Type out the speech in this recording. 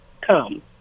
come